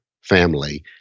family